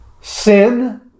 Sin